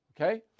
okay